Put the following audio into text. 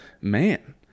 man